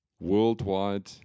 worldwide